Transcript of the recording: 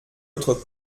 votre